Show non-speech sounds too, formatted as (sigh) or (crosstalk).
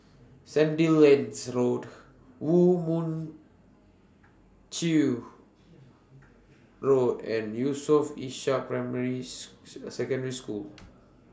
Sandilands Road Woo Mon Chew Road and Yusof Ishak Primary (unintelligible) Secondary School